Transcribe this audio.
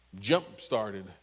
jump-started